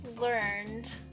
learned